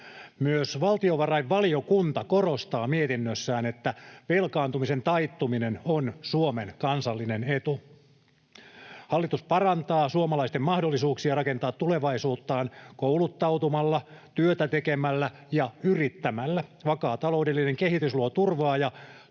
Myös valtiovarainvaliokunta korostaa mietinnössään, että velkaantumisen taittuminen on Suomen kansallinen etu. Hallitus parantaa suomalaisten mahdollisuuksia rakentaa tulevaisuuttaan kouluttautumalla, työtä tekemällä ja yrittämällä. Vakaa taloudellinen kehitys luo turvaa ja